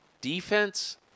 defense